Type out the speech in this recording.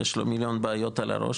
יש לו מיליון בעיות על הראש,